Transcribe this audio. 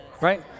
right